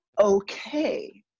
okay